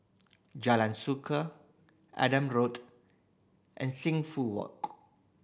Jalan Suka Adam Road and Sing Foo Walk